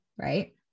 right